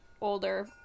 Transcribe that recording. older